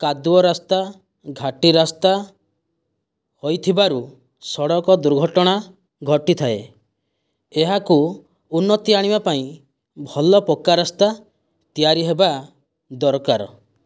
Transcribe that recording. କାଦୁଅ ରାସ୍ତା ଘାଟି ରାସ୍ତା ହୋଇଥିବାରୁ ସଡ଼କ ଦୁର୍ଘଟଣା ଘଟିଥାଏ ଏହାକୁ ଉନ୍ନତି ଆଣିବା ପାଇଁ ଭଲ ପକ୍କା ରାସ୍ତା ତିଆରି ହେବା ଦରକାର